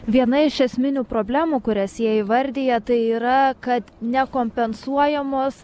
viena iš esminių problemų kurias jie įvardija tai yra kad nekompensuojamos